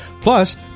plus